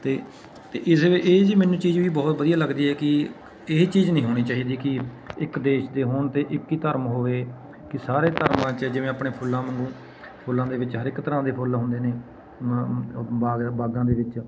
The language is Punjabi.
ਅਤੇ ਅਤੇ ਇਸ ਇਹ ਮੈਨੂੰ ਚੀਜ਼ ਵੀ ਬਹੁਤ ਵਧੀਆ ਲੱਗਦੀ ਹੈ ਕਿ ਇਹ ਚੀਜ਼ ਨਹੀਂ ਹੋਣੀ ਚਾਹੀਦੀ ਕਿ ਇੱਕ ਦੇਸ਼ ਦੇ ਹੋਣ ਅਤੇ ਇੱਕ ਹੀ ਧਰਮ ਹੋਵੇ ਕਿ ਸਾਰੇ ਧਰਮਾਂ 'ਚ ਜਿਵੇਂ ਆਪਣੇ ਫੁੱਲਾਂ ਵਾਂਗੂ ਫੁੱਲਾਂ ਦੇ ਵਿਚ ਹਰ ਇੱਕ ਤਰ੍ਹਾਂ ਦੇ ਫੁੱਲ ਹੁੰਦੇ ਨੇ ਬਾਗ ਬਾਗਾਂ ਦੀ ਵਿੱਚ